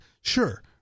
Sure